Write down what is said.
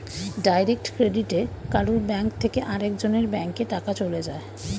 direct ক্রেডিটে কারুর bank থেকে আরেক জনের ব্যাংকে টাকা চলে যায়